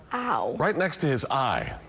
ah right next to his eye.